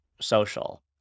social